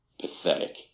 Pathetic